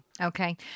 Okay